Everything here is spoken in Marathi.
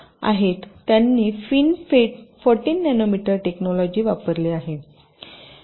त्यांनी FinFET 14 नॅनोमीटर टेकनॉलॉजि वापरले आहे